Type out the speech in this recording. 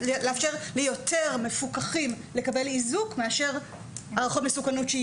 לאפשר ליותר מפוקחים לקבל איזוק מאשר לקבל הערכת מסוכנות.